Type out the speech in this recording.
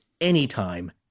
anytime